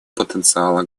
потенциала